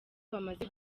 bamaze